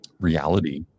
reality